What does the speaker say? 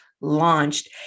Launched